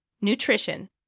Nutrition